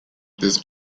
this